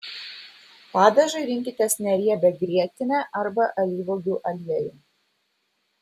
padažui rinkitės neriebią grietinę arba alyvuogių aliejų